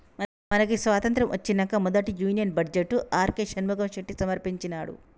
మనకి స్వతంత్రం ఒచ్చినంక మొదటి union budget R K Shanmukham Chetty సమర్పించినాడు